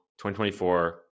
2024